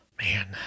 man